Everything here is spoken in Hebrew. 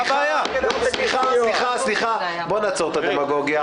בוא נעצור את הדמגוגיה.